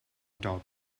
top